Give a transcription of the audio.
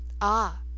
Ah